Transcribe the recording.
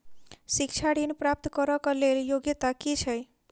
शिक्षा ऋण प्राप्त करऽ कऽ लेल योग्यता की छई?